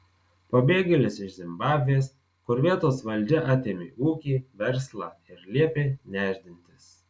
pabėgėlis iš zimbabvės kur vietos valdžia atėmė ūkį verslą ir liepė nešdintis